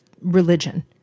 religion